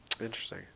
Interesting